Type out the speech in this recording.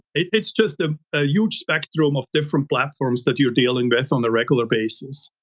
it's just a a huge spectrum of different platforms that you're dealing with on a regular basis.